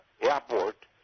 airport